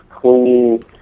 clean